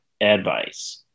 advice